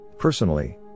Personally